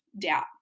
doubt